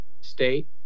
state